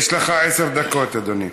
הוא חייב לדבר?